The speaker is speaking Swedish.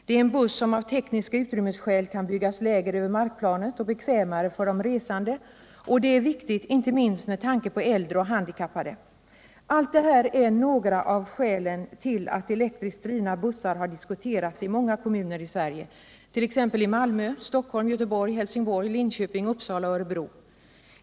Det är en buss som av tekniska utrymmesskäl kan byggas lägre över markplanet och bekvämare för de resande. Det är viktigt inte minst med tanke på äldre och handikappade. Detta är några av skälen till att elektriskt drivna bussar har diskuterats i många kommuner i Sverige,t.ex. i Malmö, Stockholm, Göteborg, Helsingborg, Linköping, Uppsala och Örebro.